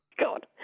God